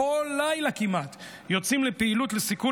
כל לילה כמעט יוצאים לפעילות לסיכול